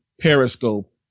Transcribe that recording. Periscope